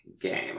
game